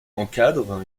encadrent